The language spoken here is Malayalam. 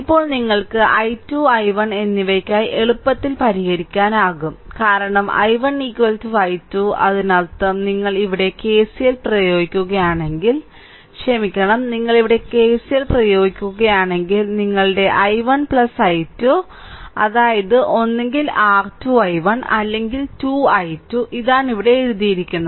ഇപ്പോൾ നിങ്ങൾക്ക് i2 i1 എന്നിവയ്ക്കായി എളുപ്പത്തിൽ പരിഹരിക്കാനാകും കാരണം i1 i2 അതിനർത്ഥം നിങ്ങൾ ഇവിടെ KCL പ്രയോഗിക്കുകയാണെങ്കിൽ ക്ഷമിക്കണം നിങ്ങൾ ഇവിടെ KCL പ്രയോഗിക്കുകയാണെങ്കിൽ നിങ്ങളുടെ i1 i2 അതായത് ഒന്നുകിൽ R2 i1 അല്ലെങ്കിൽ 2 i2 ഇതാണ് ഇവിടെ എഴുതിയിരിക്കുന്നത്